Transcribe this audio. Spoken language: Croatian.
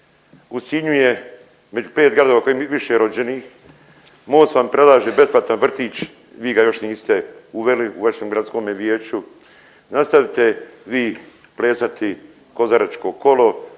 U Sinju je među pet gradova koji je više rođenih, MOST vam predlaže besplatan vrtić, vi ga još niste uveli, u vašem Gradskome vijeću. Nastavite vi plesati kozaračko kolo